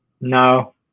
No